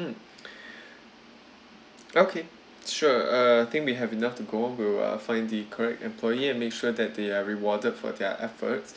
mm okay sure uh I think we have enough to go we will find the correct employee and make sure that they are rewarded for their efforts